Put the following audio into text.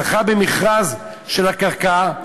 זכה במכרז של הקרקע.